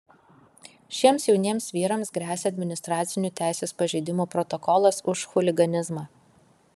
šiems jauniems vyrams gresia administracinių teisės pažeidimų protokolas už chuliganizmą